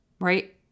right